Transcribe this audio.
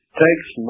thanks